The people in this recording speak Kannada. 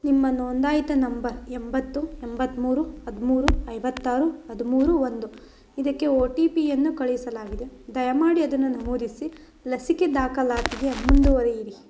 ನಿಮ್ಮ ನೋಂದಾಯಿತ ನಂಬರ್ ಎಂಬತ್ತು ಎಂಬತ್ತ ಮೂರು ಹದಿಮೂರು ಐವತ್ತಾರು ಹದಿಮೂರು ಒಂದು ಇದಕ್ಕೆ ಓ ಟಿ ಪಿಯನ್ನು ಕಳುಹಿಸಲಾಗಿದೆ ದಯಮಾಡಿ ಅದನ್ನು ನಮೂದಿಸಿ ಲಸಿಕೆ ದಾಖಲಾತಿಗೆ ಮುಂದುವರೆಯಿರಿ